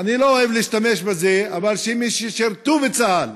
אני לא אוהב להשתמש בזה, אבל של מי ששירתו בצה"ל,